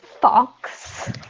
Fox